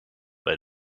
bij